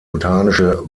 botanische